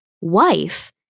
wife